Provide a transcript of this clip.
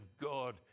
God